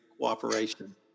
cooperation